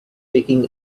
taking